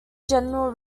general